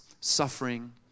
suffering